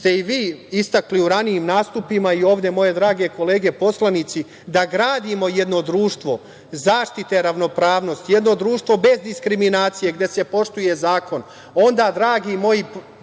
ste i vi istakli u ranijim nastupima i ovde moje drage kolege poslanici, da gradimo jedno društvo zaštite ravnopravnosti, jedno društvo bez diskriminacije gde se poštuje zakon, onda, dragi moji